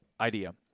idea